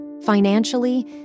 Financially